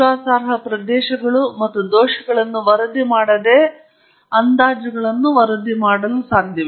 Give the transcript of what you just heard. ವಿಶ್ವಾಸಾರ್ಹ ಪ್ರದೇಶಗಳು ಮತ್ತು ದೋಷಗಳನ್ನು ವರದಿ ಮಾಡದೆ ಅಂದಾಜುಗಳನ್ನು ವರದಿ ಮಾಡುವುದಿಲ್ಲ ಸಾಧ್ಯವಾದಷ್ಟು ನೀವು ಖಂಡಿತವಾಗಿಯೂ ಅದನ್ನು ಮಾಡಬೇಕು